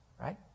right